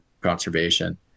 conservation